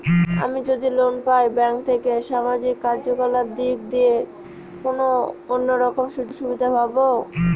আমি যদি লোন পাই ব্যাংক থেকে সামাজিক কার্যকলাপ দিক থেকে কোনো অন্য রকম সুযোগ সুবিধা পাবো?